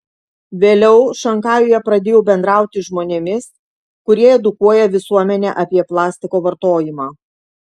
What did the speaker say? vėliau šanchajuje pradėjau bendrauti žmonėmis kurie edukuoja visuomenę apie plastiko vartojimą